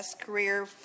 career